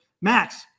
Max